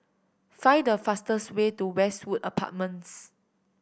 find the fastest way to Westwood Apartments